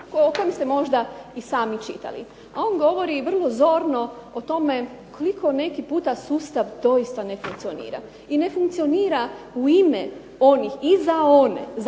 o kome ste možda i sami čitali. A on govori vrlo zorno o tome koliko neki puta sustav doista ne funkcionira. I ne funkcionira u ime onih i za one za